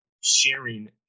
sharing